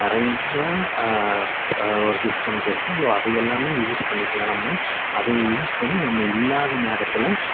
நிறையா ஒரு சிஸ்டம்ஸ் இருக்குது ஸோ அதை எல்லாம் யூஸ் பண்ணிக்கலாம் நம்ம அதையே யூஸ் பண்ணி நம்ம இல்லாத நேரத்தில்